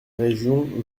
régions